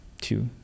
two